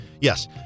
Yes